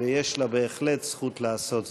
ויש לה בהחלט זכות לעשות זאת.